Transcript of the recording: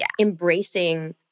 embracing